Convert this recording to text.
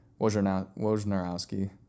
Wojnarowski